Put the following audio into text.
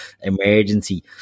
emergency